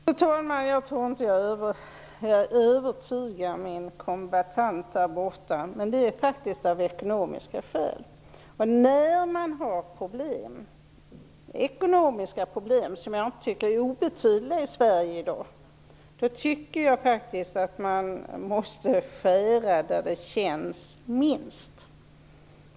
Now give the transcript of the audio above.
Fru talman! Jag tror inte att jag kan övertyga min kombattant, men det är faktiskt av ekonomiska skäl. När man har ekonomiska problem - jag tycker inte att de är obetydliga i Sverige i dag - tycker jag att man måste skära där det känns minst.